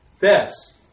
thefts